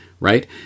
right